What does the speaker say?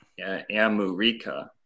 Amurica